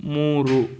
ಮೂರು